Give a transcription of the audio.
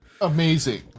Amazing